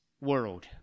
world